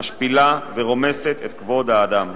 משפילה ורומסת את כבוד האדם.